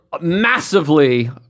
massively